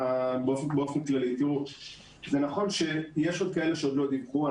באופן כללי: זה נכון שיש עוד כאלה שעוד לא דיווחו.